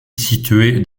située